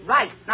Right